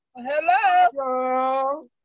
Hello